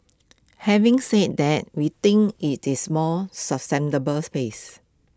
having said that we think IT is more sustainable pace